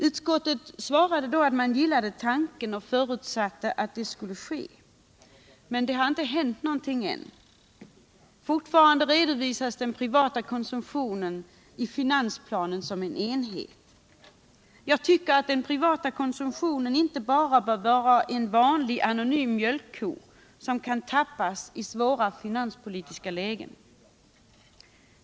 Utskottet svarade då att det gillade tanken och förutsatte att så skulle ske. Men ingenting har ännu hänt. Fortfarande redovisas den privata konsumtionen i finansplanen såsom en enhet. Den privata konsumtionen bör inte vara en vanlig anonym mjölkko, som kan tappas i svåra finanspolitiska lägen.